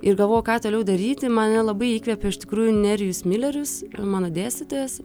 ir galvojau ką toliau daryti mane labai įkvėpė iš tikrųjų nerijus milerius mano dėstytojas